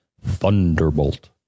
Thunderbolt